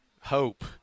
Hope